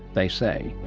they say.